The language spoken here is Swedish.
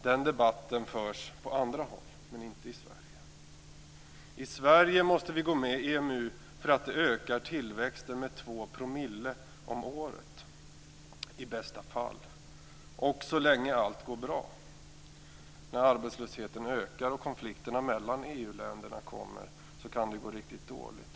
Den debatten förs på andra håll, inte i Sverige. I Sverige måste vi gå med i EMU därför att det ökar tillväxten med 2 % om året, i bästa fall och så länge allting går bra. När arbetslösheten ökar och konflikterna mellan EU-länderna kommer kan det dock gå riktigt dåligt.